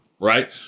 right